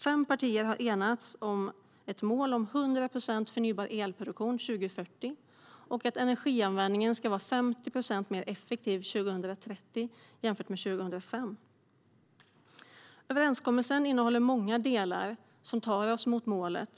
Fem partier har enats om ett mål om 100 procent förnybar elproduktion till 2040 och om att energianvändningen ska vara 50 procent mer effektiv 2030 än 2005. Överenskommelsen innehåller många delar som tar oss mot målet.